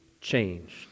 changed